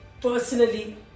personally